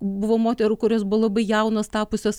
buvo moterų kurios buvo labai jaunos tapusios